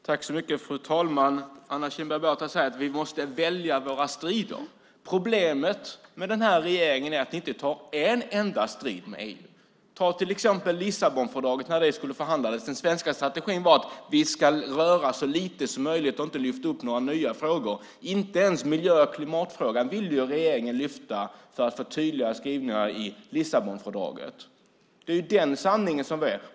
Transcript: Fru talman! Anna Kinberg Batra säger att vi måste välja våra strider. Problemet med den här regeringen är att den inte tar en enda strid med EU. Ta till exempel när Lissabonfördraget skulle förhandlas. Den svenska strategin var att vi skulle röra så lite som möjligt och inte lyfta upp några nya frågor. Regeringen ville inte ens lyfta miljö och klimatfrågan för att få tydligare skrivningar i Lissabonfördraget. Det är sanningen.